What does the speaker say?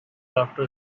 after